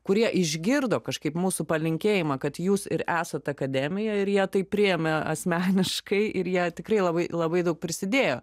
kurie išgirdo kažkaip mūsų palinkėjimą kad jūs ir esat akademija ir jie tai priėmė asmeniškai ir jie tikrai labai labai daug prisidėjo